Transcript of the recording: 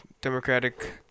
Democratic